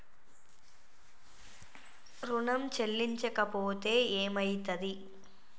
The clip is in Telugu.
ఋణం చెల్లించకపోతే ఏమయితది?